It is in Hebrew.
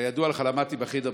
כידוע לך אני למדתי בחדר ביידיש,